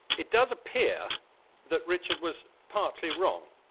it does appear that richard was partly wrong.